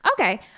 Okay